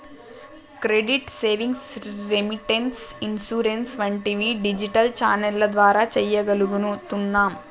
credit, savings, remittance, insurance వంటివి digital ఛానెల్ల ద్వారా చెయ్యగలుగుతున్నాం